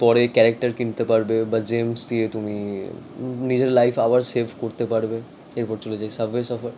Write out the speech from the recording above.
পরে ক্যারেক্টার কিনতে পারবে বা জেমস দিয়ে তুমি নিজের লাইফ আবার সেভ করতে পারবে এরপর চলে যাই সাবওয়ে সার্ফার